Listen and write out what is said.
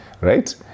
Right